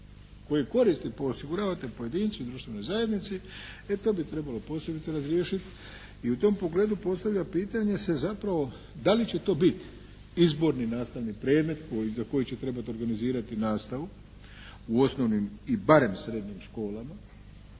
koje koristi osiguravate pojedincu i društvenoj zajednici e to bi trebalo posebice razriješiti i u tom pogledu postavlja pitanje se zapravo da li će to biti izborni nastavni predmet za koji će trebati organizirati nastavu u osnovnim i barem srednjim školama